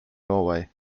norway